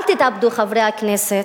אל תתאבדו, חברי הכנסת,